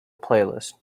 playlist